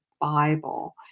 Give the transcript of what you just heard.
Bible